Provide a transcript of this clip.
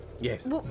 Yes